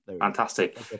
Fantastic